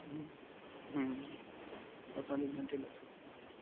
अड़तालीस घंटे लग सकते हैं